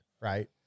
right